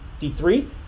D3